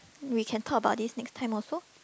we can talk about this next time also